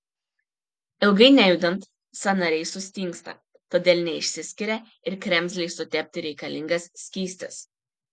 ilgai nejudant sąnariai sustingsta todėl neišsiskiria ir kremzlei sutepti reikalingas skystis